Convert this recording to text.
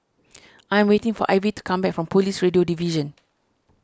I am waiting for Ivy to come back from Police Radio Division